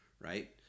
right